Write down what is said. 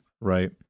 right